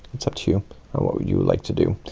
it's up to you on what would you like to do.